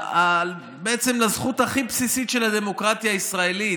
בעצם של הזכות הכי בסיסית של הדמוקרטיה הישראלית,